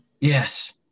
Yes